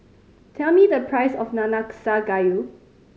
tell me the price of Nanakusa Gayu